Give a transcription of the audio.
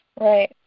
Right